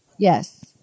Yes